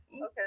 Okay